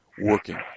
working